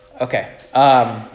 Okay